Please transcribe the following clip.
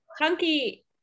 Hunky